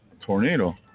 Tornado